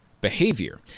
behavior